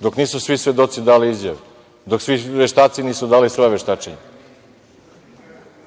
dok nisu svi svedoci dali izjave, dok svi veštaci nisu dali svoja veštačenja. Nemojte